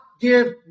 give